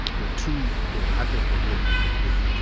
there are two that i think are really important.